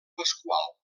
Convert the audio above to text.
pasqual